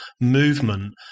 movement